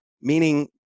meaning